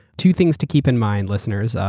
two things to keep in mind listeners.